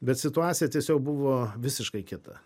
bet situacija tiesiog buvo visiškai kita